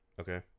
Okay